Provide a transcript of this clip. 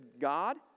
God